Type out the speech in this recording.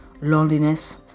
loneliness